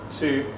two